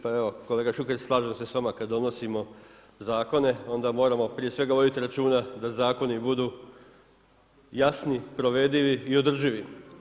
Pa evo kolega Šuker, slažem se s vama kad donosimo zakone onda moramo prije svega voditi računa da zakoni budu jasni, provedivi i održivi.